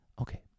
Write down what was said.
Okay